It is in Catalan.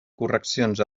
correccions